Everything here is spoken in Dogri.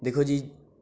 दिक्खो जी